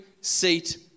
seat